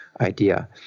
idea